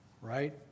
right